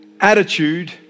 attitude